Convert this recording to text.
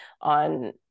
on